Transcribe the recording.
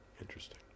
interesting